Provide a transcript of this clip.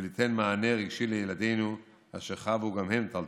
וליתן מענה רגשי לילדינו, אשר חוו גם הם טלטלה.